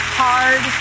hard